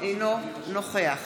אינו נוכח